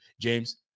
James